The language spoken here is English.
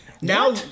now